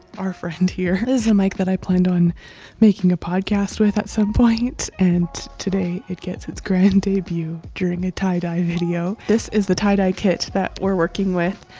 our friend here. it is a mic that i planned on making a podcast with at some point and today it gets its grand debut during a tie-dye video. this is the tie-dye kit that we're working with.